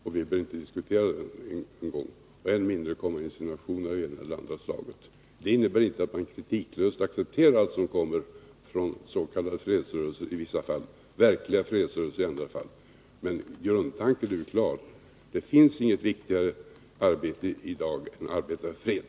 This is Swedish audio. Vi behöver inte diskutera det ens en gång, och än mindre komma med insinuationer av det ena eller andra slaget. Det innebär inte att man kritiklöst accepterar allt som kommer från s.k. fredsrörelser i vissa fall, verkliga fredsrörelser i andra fall. Men grundtanken är ju klar: Det finns inget viktigare arbete i dag än arbetet för fred.